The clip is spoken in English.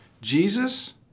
Jesus